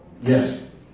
Yes